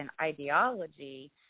ideology